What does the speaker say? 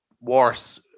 worse